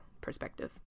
perspective